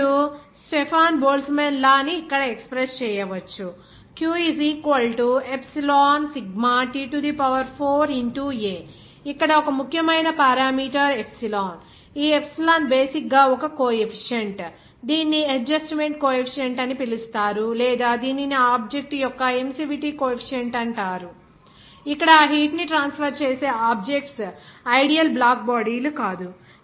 ఇప్పుడు Stefan Boltzmann law ని ఇక్కడ ఎక్స్ప్రెస్ చేయవచ్చు ఆ q ε σ T4 A ఇక్కడ ఒక ముఖ్యమైన పారామీటర్ ఎప్సిలాన్ ఈ ఎప్సిలాన్ బేసిక్ గా ఒక కోఎఫీసియంట్ దీనిని అడ్జస్ట్మెంట్ కోఎఫీసియంట్ అని పిలుస్తారు లేదా దీనిని ఆ ఆబ్జెక్ట్ యొక్క ఎమిసివిటీ కోఎఫీసియంట్ అంటారు ఇక్కడ ఆ హీట్ ని ట్రాన్స్ఫర్ చేసే ఆబ్జెక్ట్స్ ఐడియల్ బ్లాక్ బాడీ లు కాదు